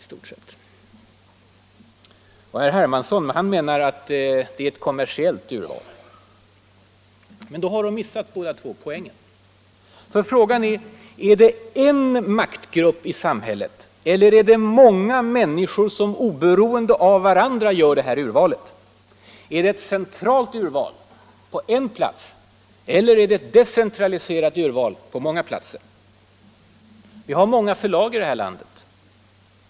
Herr Hermansson menar att det är ett kommersiellt urval. Men då har de båda två missat poängen, Ty frågan är: är det en maktgrupp i samhället eller är det många människor, oberoende av varandra, som gör det här urvalet? Är det ett centralt urval på en plats, eller är det ett decentraliserat urval på många platser? Vi har många förlag i det här landet.